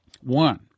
One